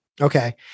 Okay